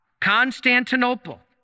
Constantinople